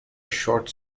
short